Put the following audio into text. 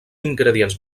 ingredients